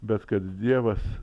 bet kad dievas